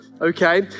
okay